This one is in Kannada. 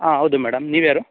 ಹಾಂ ಹೌದು ಮೇಡಮ್ ನೀವು ಯಾರು